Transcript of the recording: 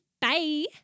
Bye